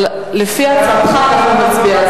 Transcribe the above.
אבל לפי הצעתך אנחנו נצביע.